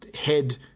head